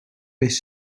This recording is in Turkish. beş